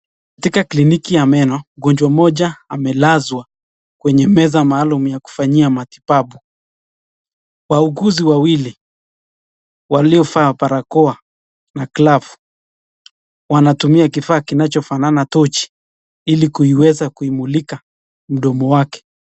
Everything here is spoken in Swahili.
Katika kliniki ya meno, mgonjwa moja amelazwa kwenye meza maalum ya kufanyia matibabu . Wauguzi wawili walio vaa barakoa na glavu, Wanatumia inafanana na tochi, ili kuiweza kuimulika mdomo wake.